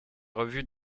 revues